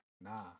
nah